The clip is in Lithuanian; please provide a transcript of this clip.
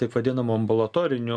taip vadinamų ambulatorinių